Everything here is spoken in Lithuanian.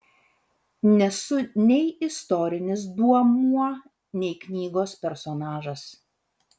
nesu nei istorinis duomuo nei knygos personažas